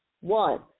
one